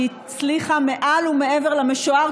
שהצליחה מעל ומעבר למשוער,